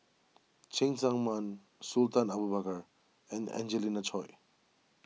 Cheng Tsang Man Sultan Abu Bakar and Angelina Choy